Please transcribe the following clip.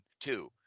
Two